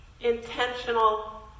intentional